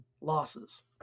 losses